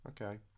Okay